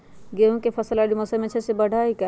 गेंहू के फ़सल रबी मौसम में अच्छे से बढ़ हई का?